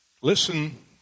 Listen